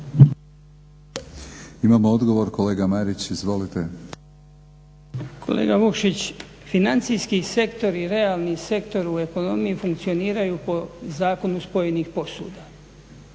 Imamo odgovor, kolega Marić. Izvolite. **Marić, Goran (HDZ)** Kolega Vukšić financijski sektor i realni sektor u ekonomiji funkcioniraju po zakonu spojenih posuda.